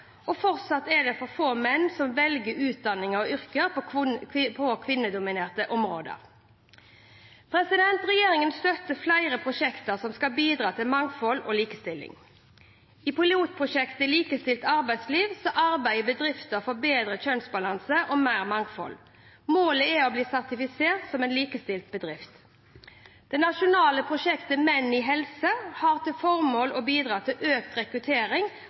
og fortsatt er det for få menn som velger utdanning og yrker på kvinnedominerte områder. Regjeringen støtter flere prosjekter som skal bidra til mangfold og likestilling: I pilotprosjektet om likestilt arbeidsliv arbeider bedrifter for bedre kjønnsbalanse og mer mangfold. Målet er å bli sertifisert som en likestilt bedrift. Det nasjonale prosjektet Menn i helse har til formål å bidra til økt rekruttering